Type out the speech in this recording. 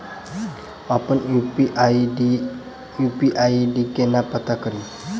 अप्पन UPI ID केना पत्ता कड़ी?